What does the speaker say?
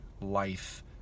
life